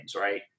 Right